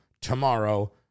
tomorrow